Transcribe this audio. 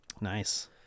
Nice